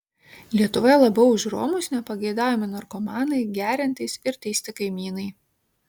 lietuvoje labiau už romus nepageidaujami narkomanai geriantys ir teisti kaimynai